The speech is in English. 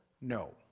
No